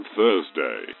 Thursday